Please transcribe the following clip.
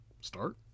start